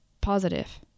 positive